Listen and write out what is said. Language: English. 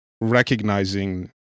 recognizing